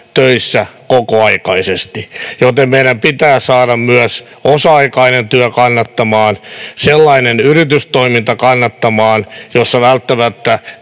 töissä kokoaikaisesti, joten meidän pitää saada myös osa-aikainen työ kannattamaan, sellainen yritystoiminta kannattamaan, jossa työtä